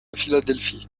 philadelphie